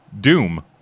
Doom